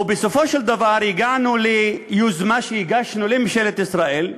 ובסופו של דבר הגענו ליוזמה שהגשנו לממשלת ישראל,